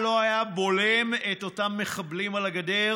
חבריי חברי הכנסת,